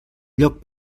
lloc